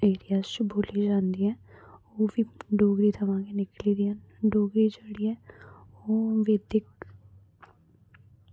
area च बोली जंदी ऐ ओह् वी डोगरी थमां गै निकली दी ऐ डोगरी जेह्ड़ी ऐ ओ वैदिक